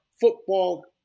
football